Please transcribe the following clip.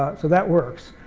ah so that works.